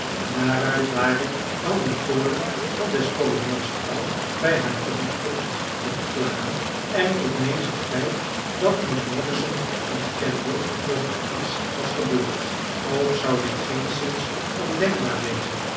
daaruit ware dan de toorn van des kolonels vrouw bij haar terugkomst te verklaren en eveneens het feit dat miss morrison ontkende dat er iets was gebeurd ook zou dit geenszins ondenkbaar wezen